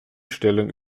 stellung